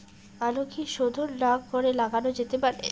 আলু কি শোধন না করে লাগানো যেতে পারে?